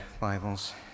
Bibles